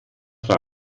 trank